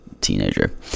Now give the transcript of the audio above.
teenager